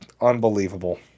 unbelievable